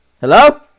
Hello